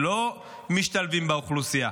ולא משתלבים באוכלוסייה.